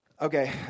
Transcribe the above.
Okay